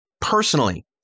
personally